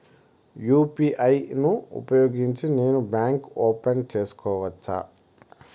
UPI ను ఉపయోగించి నేను బ్యాంకు ఓపెన్ సేసుకోవచ్చా?